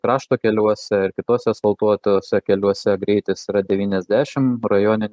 krašto keliuose ir kituose asfaltuotuose keliuose greitis yra devyniasdešim rajone